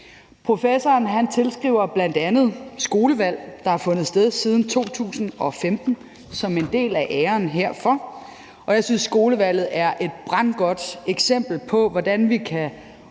Professoren tilskriver bl.a. skolevalgene, der har fundet sted siden 2015, en del af æren herfor, og jeg synes, at skolevalget er et brandgodt eksempel på, hvordan vi kan